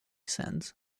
sands